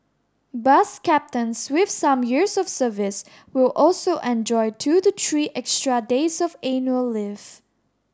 bus captains with some years of service will also enjoy two to three extra days of annual leave